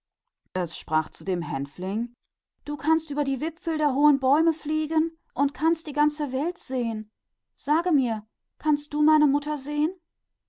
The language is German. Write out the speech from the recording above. es sagte zum hänfling du kannst über die wipfel der großen bäume fliegen und die ganze welt sehen sage mir kannst du meine mutter